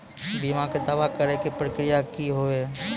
बीमा के दावा करे के प्रक्रिया का हाव हई?